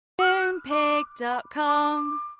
Moonpig.com